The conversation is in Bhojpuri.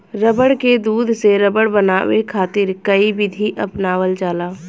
रबड़ के दूध से रबड़ बनावे खातिर कई विधि अपनावल जाला